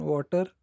Water